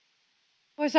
arvoisa